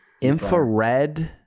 infrared